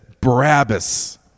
Barabbas